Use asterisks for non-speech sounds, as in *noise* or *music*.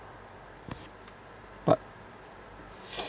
but *noise*